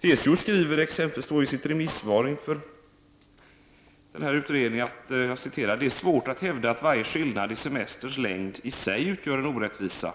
TCO skriver exempelvis i sitt remissvar inför utredningen om den sjätte semesterveckan: ”Det är svårt att hävda att varje skillnad i semesterns längd i sig utgör en orättvisa.